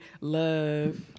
love